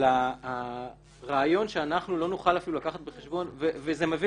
אבל הרעיון שאנחנו אפילו לא נוכל לקחת בחשבון וזה מביא